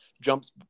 jumps